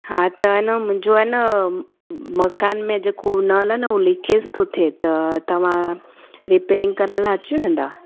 हा त आहे न मुंहिंजो आहे न मकान में जेको नल आहे न उहो लीकेज थो थिए त तव्हां रीपेअरिंग करण लाइ अची वेंदा